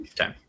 okay